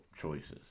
choices